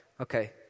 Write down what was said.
Okay